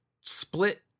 split